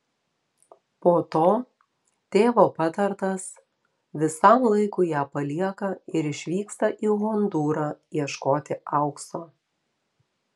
po to tėvo patartas visam laikui ją palieka ir išvyksta į hondūrą ieškoti aukso